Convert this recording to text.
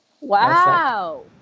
Wow